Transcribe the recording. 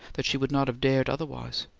that she would not have dared otherwise.